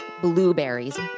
blueberries